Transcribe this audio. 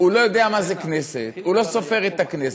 הוא לא יודע מה זה כנסת, הוא לא סופר את הכנסת.